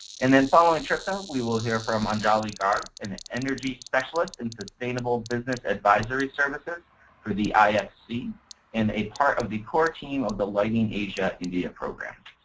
and then following tripta, we will hear from anjali garg, an energy specialist in sustainable business advisory services for the ifc and is part of the core team of the lighting asia india program.